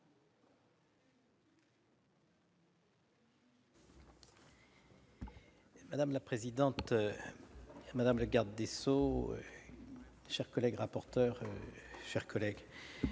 Madame la présidente, madame la garde des sceaux, messieurs les rapporteurs, mes chers collègues,